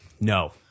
No